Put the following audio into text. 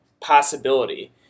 possibility